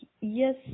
yes